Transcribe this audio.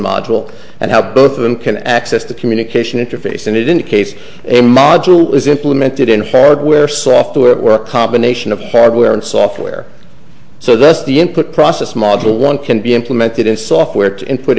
module and how both of them can access the communication interface and it in case a module is implemented in hardware software or a combination of hardware and software so that's the input process model one can be implemented in software to input